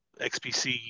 xpc